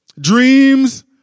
dreams